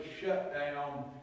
shutdown